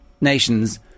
nations